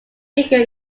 figure